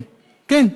כן.